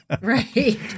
Right